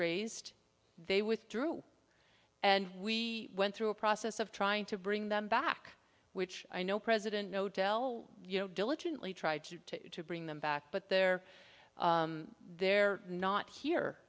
raised they withdrew and we went through a process of trying to bring them back which i know president know dell you know diligently tried to bring them back but they're they're not here